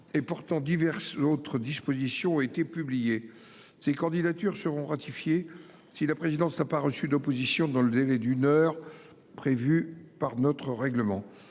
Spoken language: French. et portant diverses autres dispositions ont été publiés ces candidatures seront ratifiées si la présidence n'a pas reçu d'opposition dans le délai d'une heure prévue par notre règlement.